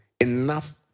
enough